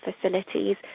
facilities